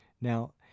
Now